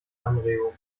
anregung